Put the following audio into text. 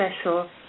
special